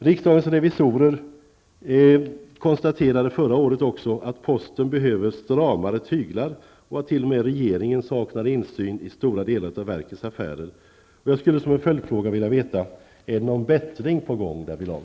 Riksdagens revisorer konstaterade förra året att posten behövde stramare tyglar och att t.o.m. regeringen saknade insyn i stora delar av verkets affärer. Jag skulle med en följdfråga vilja veta: Är det någon bättring på gång därvidlag?